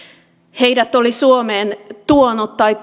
heidät oli suomeen tuonut tai